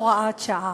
הוראת שעה.